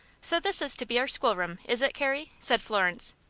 so this is to be our schoolroom, is it, carrie? said florence.